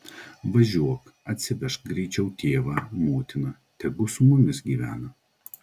važiuok atsivežk greičiau tėvą motiną tegu su mumis gyvena